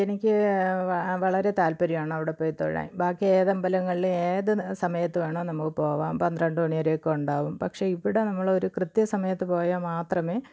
എനിക്ക് വളരെ താല്പര്യമാണ് അവിടെ പോയി തൊഴാന് ബാക്കി ഏത് അമ്പലങ്ങളിലും ഏത് സമയത്ത് വേണേം നമുക്ക് പോവാം പന്ത്രണ്ടു മണി വരെ ഒക്കെ ഉണ്ടാവും പക്ഷേ ഇവിടെ നമ്മൾ ഒരു കൃത്യസമയത്ത് പോയാൽ മാത്രമേ